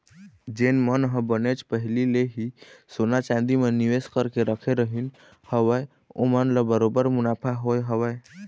जेन मन ह बनेच पहिली ले ही सोना चांदी म निवेस करके रखे रहिन हवय ओमन ल बरोबर मुनाफा होय हवय